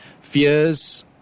fears